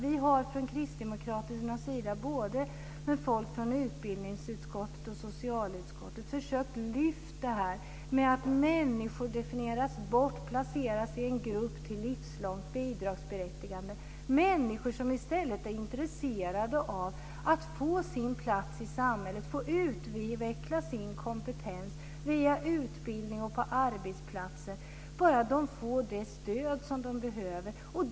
Vi har från Kristdemokraternas sida med folk både från utbildningsutskottet och från socialutskottet försökt lyfta fram detta. Men människor definieras bort och placeras i en grupp till livslångt bidragsberättigande, människor som är intresserade av att få sin plats i samhället, få utveckla sin kompetens via utbildning och på arbetsplatser, bara de får det stöd som de behöver.